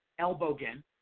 Elbogen